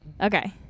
okay